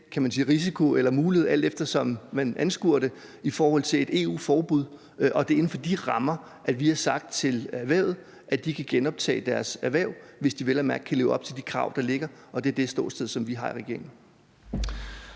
kan man sige – alt efter hvordan man anskuer det – i forhold til et EU-forbud, og det er inden for de rammer, at vi har sagt til erhvervet, at de kan genoptage deres erhverv, hvis de vel at mærke kan leve op til de krav, der ligger, og det er det ståsted, som vi har i regeringen.